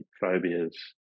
phobias